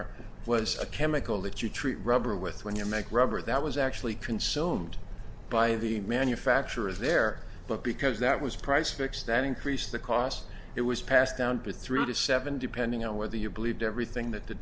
honor was a chemical that you treat rubber with when you make rubber that was actually consumed by the manufacturer is there but because that was price fixed that increased the cost it was passed down to three to seven depending on whether you believed everything that the